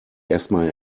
erstmal